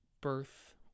birth